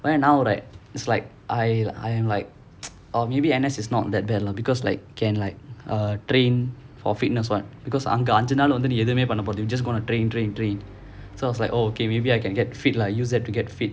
right now right it's like I I am like or maybe N_S is not that bad lah because like can like err train for fitness [what] because அங்க அஞ்சினாளு எதுமே பண்ண போறது இல்ல:anga anjinaalu ethumae panna porathu illa just gonna train train train so I was like oh okay maybe I can get fit lah use that to get fit